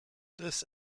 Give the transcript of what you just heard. this